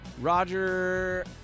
Roger